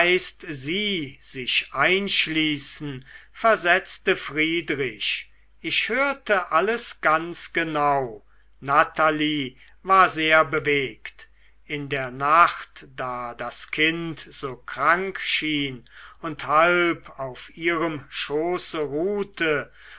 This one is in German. sie sich einschließen versetzte friedrich ich hörte alles ganz genau natalie war sehr bewegt in der nacht da das kind so krank schien und halb auf ihrem schoße ruhte